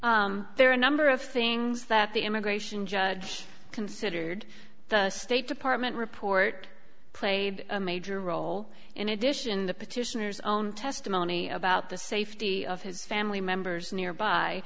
boded there are a number of things that the immigration judge considered the state department report played a major role in addition the petitioners own testimony about the safety of his family members nearby